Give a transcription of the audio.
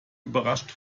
überrascht